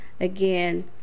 again